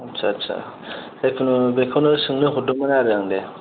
आथ्सा आथ्सा जेखुनु बेखौनो सोंनो हरदोंमोन आरो आं दे